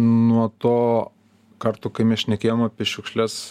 nuo to karto kai mes šnekėjom apie šiukšles